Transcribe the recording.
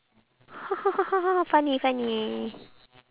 ha ha ha ha ha funny funny